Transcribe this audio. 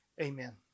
Amen